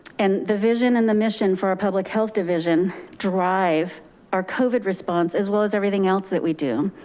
and the vision and the mission for our public health division drive our covid response, as well as everything else that we do.